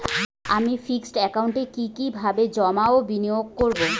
আমি ফিক্সড একাউন্টে কি কিভাবে জমা ও বিনিয়োগ করব?